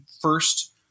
first